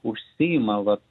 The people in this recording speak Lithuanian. užsiima vat